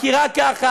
כי רק ככה,